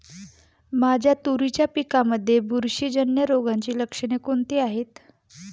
माझ्या तुरीच्या पिकामध्ये बुरशीजन्य रोगाची लक्षणे कोणती आहेत?